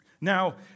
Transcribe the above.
Now